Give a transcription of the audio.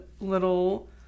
little